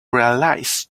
realize